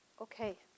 Okay